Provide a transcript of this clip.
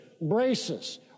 braces